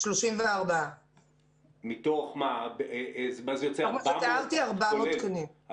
34. יש לנו 400 תקנים.